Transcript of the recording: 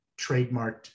trademarked